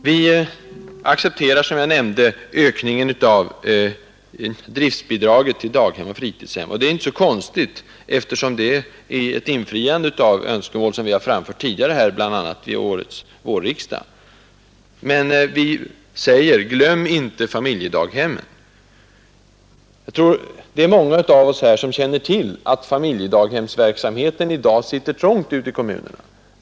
Vi accepterar, som jag nämnde, ökningen av driftbidraget till daghem och fritidshem, och det är inte så konstigt, eftersom det innebär infriande av önskemål som vi har framfört tidigare här, bl.a. vid årets vårriksdag. Men vi säger: Glöm inte familjedaghemmen! Jag tror det är många av oss här som känner till att familjedaghemsverksamheten i dag sitter trångt ute i kommunerna.